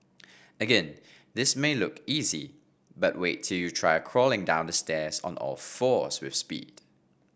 again this may look easy but wait till you try crawling down the stairs on all fours with speed